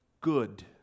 good